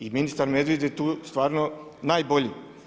I ministar Medved je tu stvarno najbolji.